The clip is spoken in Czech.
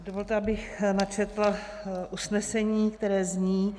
Dovolte, abych načetla usnesení, které zní: